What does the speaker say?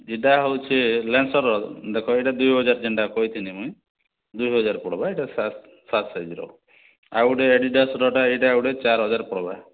ଏଇଟା ହେଉଛି ଲେନ୍ସର୍ର ଦେଖ ଏଇଟା ଦୁଇଜହାର୍ ଯେନ୍ତା କହିଥିଲି ମୁଁଇ ଦୁଇହଜାର୍ ପଡ଼୍ବା ଏଇଟା ସାତ୍ ସାତ୍ ସାଇଜ୍ର ଆଉଗୁଟେ ଆଡ଼ିଦାସ୍ର ଏଇଟା ଗୋଟେ ଚାର୍ ହଜାର୍ ପଡ଼୍ବା